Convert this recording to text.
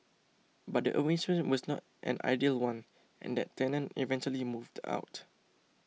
but the arrangement was not an ideal one and that tenant eventually moved out